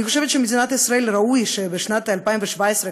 אני חושבת שבמדינת ישראל ראוי שבשנת 2017,